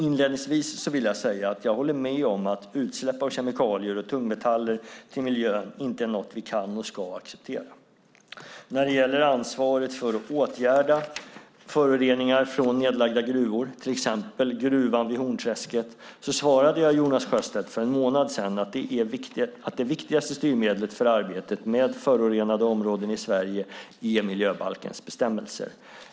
Inledningsvis vill jag säga att jag håller med om att utsläpp av kemikalier och tungmetaller till miljön inte är något vi kan och ska acceptera. När det gäller ansvaret för att åtgärda föroreningar från nedlagda gruvor, till exempel gruvan vid Hornträsket, svarade jag Jonas Sjöstedt för en månad sedan att det viktigaste styrmedlet för arbetet med förorenade områden i Sverige är miljöbalkens bestämmelser.